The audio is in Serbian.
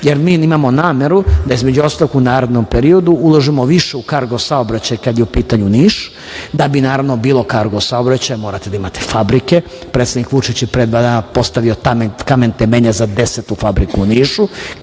imamo nameru da, između ostalog, u narednom periodu uložimo više u kargo saobraćaj, kad je u pitanju Niš. Da bi naravno bilo kargo saobraćaja morate da imate fabrike. Predsednik Vučić jed pre dva dana postavio kamen temeljac za desetu fabriku u Nišu.